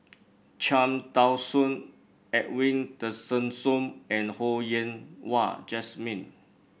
Cham Tao Soon Edwin Tessensohn and Ho Yen Wah Jesmine